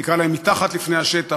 נקרא להם "מתחת לפני השטח",